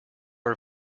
are